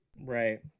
Right